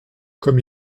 comme